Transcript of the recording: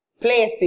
plastic